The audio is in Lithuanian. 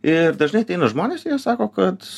ir dažnai ateina žmonės sako kad